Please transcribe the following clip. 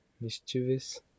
Mischievous